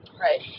Right